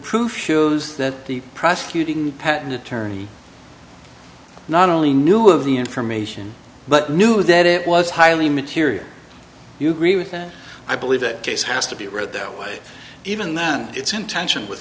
proof shows that the prosecuting patent attorney not only knew of the information but knew that it was highly material you agree with and i believe that case has to be read though even then its intention with